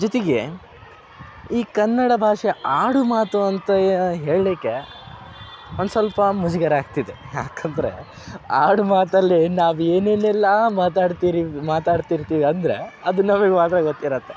ಜೊತೆಗೆ ಈ ಕನ್ನಡ ಭಾಷೆ ಆಡುಮಾತು ಅಂತ ಹೇಳಲಿಕ್ಕೆ ಒಂದು ಸ್ವಲ್ಪ ಮುಜುಗರ ಆಗ್ತಿದೆ ಏಕಂದ್ರೆ ಆಡುಮಾತಲ್ಲಿ ನಾವು ಏನೇನೆಲ್ಲ ಮಾತಾಡ್ತೀರಿ ಮಾತಾಡ್ತಿರ್ತೀವಿ ಅಂದರೆ ಅದು ನಮಗೆ ಮಾತ್ರ ಗೊತ್ತಿರುತ್ತೆ